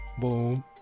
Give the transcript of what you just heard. Boom